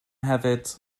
hefyd